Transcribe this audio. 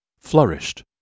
flourished